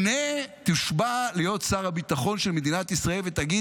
תושבע להיות שר הביטחון של מדינת ישראל ותגיד